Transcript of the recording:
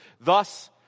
Thus